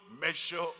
measure